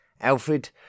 Alfred